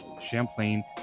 Champlain